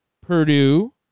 Purdue